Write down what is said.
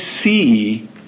see